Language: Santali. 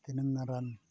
ᱛᱤᱱᱟᱹᱜ ᱜᱟᱱ ᱨᱟᱱ